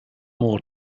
more